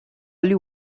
you